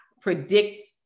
predict